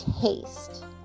taste